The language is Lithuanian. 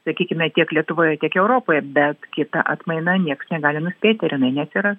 sakykime tiek lietuvoje tiek europoje bet kita atmaina nieks negali nuspėti neatsiras